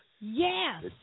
yes